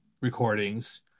recordings